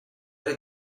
did